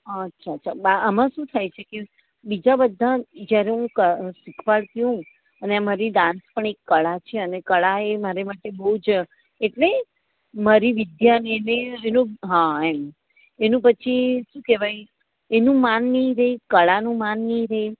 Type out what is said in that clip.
અચ્છા અચ્છા બા આમાં શું થાય છે કે બીજા બધા જ્યારે હું શિખવાડતી હોઉં અને અમારી ડાન્સ પણ એક કળા છે અને કળા એ મારે માટે બહુ જ એટલે મારી વિદ્વાનેને ઈનો હ એમ એનું પછી શું કહેવાય એનું માન નહીં રહે કળાનું માન નહીં રે